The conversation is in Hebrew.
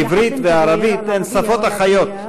העברית והערבית הן שפות אחיות.